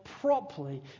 properly